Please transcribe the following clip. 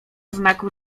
znaku